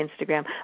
Instagram